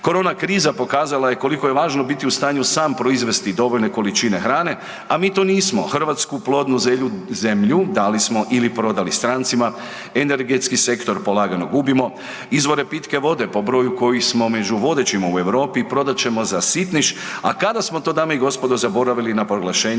Korona kriza pokazala je koliko je važno biti u stanju sam proizvesti dovoljne količine hrane, a mi to nismo. Hrvatsku plodnu zemlju dali smo ili prodali strancima, energetski sektor polagano gubimo, izvore pitke vode po broju koji smo među vodećima u Europi prodat ćemo za sitniš, a kada smo to dame i gospodo zaboravili na proglašenje